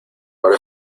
por